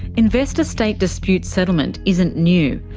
investor state dispute settlement isn't new,